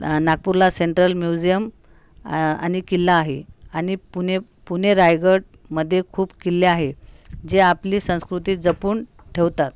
नागपूरला central museum आणि किल्ला आहे आणि पुणे पुणे रायगडमध्ये खूप किल्ले आहेत जे आपली संस्कृती जपून ठेवतात